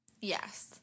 Yes